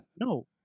no